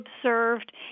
observed